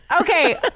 okay